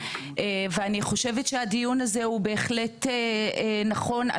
ואני חושבת שהדיון הזה הוא בהחלט נכון,